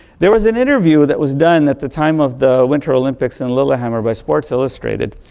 there was an interview that was done at the time of the winter olympics in lillehammer by sports illustrated.